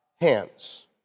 hands